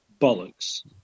bollocks